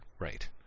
right